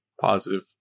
positive